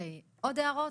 עוד הערות?